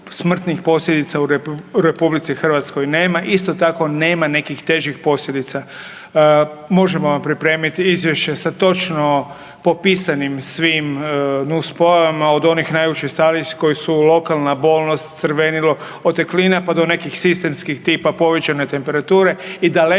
smrtnih posljedica u RH nema, isto tako nema nekih težih posljedica. Možemo vam pripremiti izvješće sa točno popisanim svim nus pojavama, od onih najučestalijih koji su lokalna bolnost, crvenilo, oteklina, pa do nekih sistemskih tipa povećane temperature i daleko,